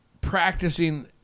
practicing